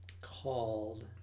called